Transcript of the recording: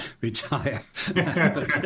retire